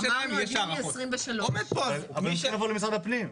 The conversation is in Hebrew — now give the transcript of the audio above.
אמרנו עד יוני 2023. אבל זה צריך לעבור למשרד הפנים.